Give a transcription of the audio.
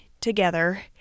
together